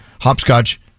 hopscotch